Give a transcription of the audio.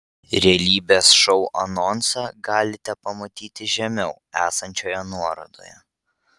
realybės šou anonsą galite pamatyti žemiau esančioje nuorodoje